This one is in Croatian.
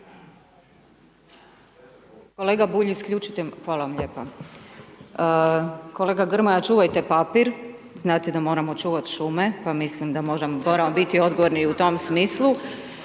Kolega Grmoja, čuvajte papir, znate da moramo čuvati šume pa mislim da moramo biti odgovorni i u tom smislu,